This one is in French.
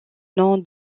nom